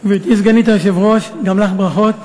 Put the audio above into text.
גברתי סגנית היושב-ראש, גם לך ברכות.